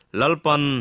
lalpan